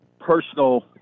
personal